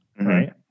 right